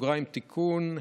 (תיקון),